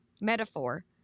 metaphor